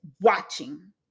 watching